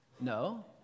No